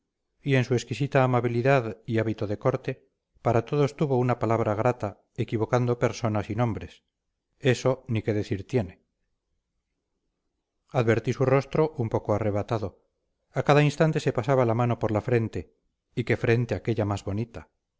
y en su exquisita amabilidad y hábito de corte para todos tuvo una palabra grata equivocando personas y nombres eso ni qué decir tiene advertí su rostro un poco arrebatado a cada instante se pasaba la mano por la frente y qué frente aquella más bonita